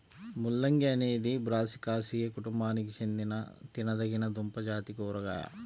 ముల్లంగి అనేది బ్రాసికాసియే కుటుంబానికి చెందిన తినదగిన దుంపజాతి కూరగాయ